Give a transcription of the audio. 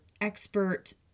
expert